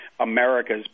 America's